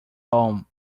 home